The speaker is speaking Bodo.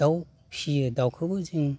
दाउ फियो दाउखौबो जों